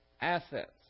assets